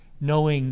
knowing